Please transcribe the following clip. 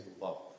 love